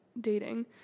dating